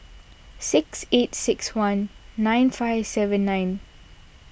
six eight six one nine five seven nine